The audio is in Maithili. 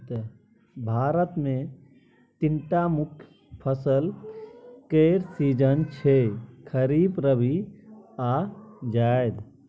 भारत मे तीनटा मुख्य फसल केर सीजन छै खरीफ, रबी आ जाएद